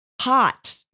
hot